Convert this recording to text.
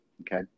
okay